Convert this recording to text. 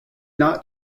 not